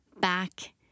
back